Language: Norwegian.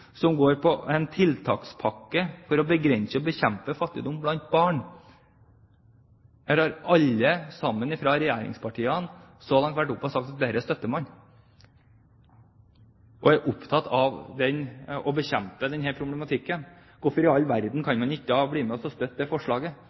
går på en tiltakspakke for å begrense og bekjempe fattigdom blant barn. Her har alle sammen fra regjeringspartiene så langt vært oppe og sagt at dette støtter man, og at man er opptatt av å bekjempe denne problematikken. Hvorfor i all verden kan man ikke da bli med og støtte det forslaget?